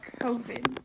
COVID